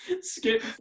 Skip